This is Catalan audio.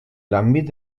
l’àmbit